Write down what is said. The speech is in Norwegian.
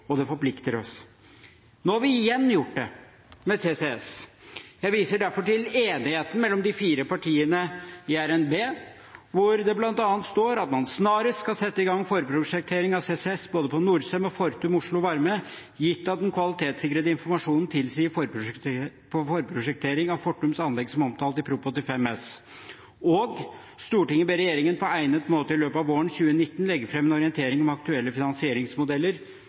og det forplikter oss. Nå har vi igjen gjort det – med CCS. Jeg viser derfor til enigheten mellom de fire partiene i revidert nasjonalbudsjett, hvor det bl.a. står at man skal «snarest sette i gang forprosjektering av CCS både på Norcem og Fortum Oslo Varme, gitt at den kvalitetssikrede informasjonen tilsier forprosjektering av Fortums anlegg som omtalt i Prop. 85 S Videre står det: «Stortinget ber regjeringen på egnet måte i løpet av våren 2019 legge fram en orientering om aktuelle finansieringsmodeller